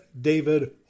David